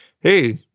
hey